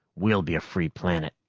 we'll be a free planet!